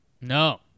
no